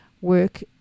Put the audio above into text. work